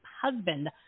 husband